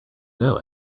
know